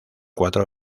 cuatro